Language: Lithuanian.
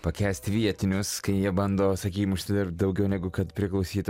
pakęsti vietinius kai jie bando sakykim užsidirbti daugiau negu kad priklausytų